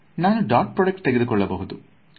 ನಾನು that product ತೆಗೆದುಕೊಳ್ಳಬಹುದು